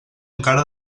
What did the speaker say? encara